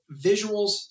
visuals